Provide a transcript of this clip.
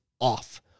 off